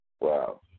Wow